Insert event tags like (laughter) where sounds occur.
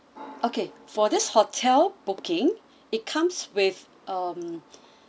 okay for this hotel booking it comes with um (breath)